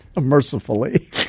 Mercifully